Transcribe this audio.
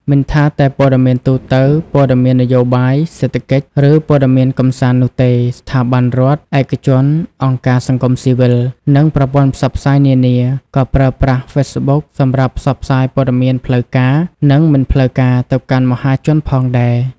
មិនថាតែព័ត៌មានទូទៅ ព័ត៌មាននយោបាយ សេដ្ឋកិច្ច ឬព័ត៌មានកម្សាន្តនោះទេ ស្ថាប័នរដ្ឋ ឯកជន អង្គការសង្គមស៊ីវិល និងប្រព័ន្ធផ្សព្វផ្សាយនានា ក៏ប្រើប្រាស់ហ្វេសប៊ុកសម្រាប់ផ្សព្វផ្សាយព័ត៌មានផ្លូវការ និងមិនផ្លូវការទៅកាន់មហាជនផងដែរ។